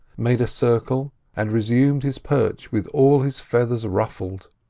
made a circle and resumed his perch with all his feathers ruffled.